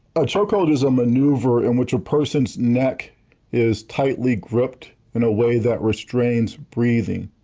a chokehold is a maneuver in which a person's neck is tightly gripped in a way that restrains breathing.